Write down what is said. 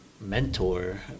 mentor